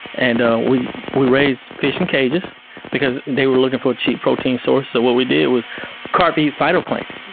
and ah we we raised fish in cages because they were looking for a cheap protein source. so what we did was carpi phytoplankton.